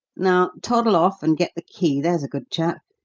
now, toddle off and get the key, there's a good chap.